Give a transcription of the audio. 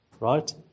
right